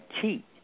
cheat